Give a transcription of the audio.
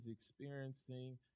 experiencing